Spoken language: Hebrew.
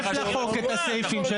כרטיס אשראי.